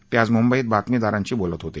ते आज मुंबईत बातमीदारांशी बोलत होते